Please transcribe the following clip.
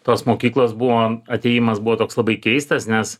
tos mokyklos buvo atėjimas buvo toks labai keistas nes